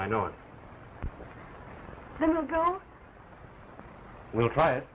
i know and then we'll go and we'll try it